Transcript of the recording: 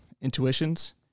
intuitions